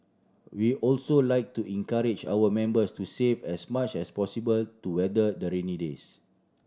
we also like to encourage our members to save as much as possible to weather the rainy days